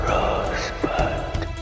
Rosebud